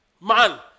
Man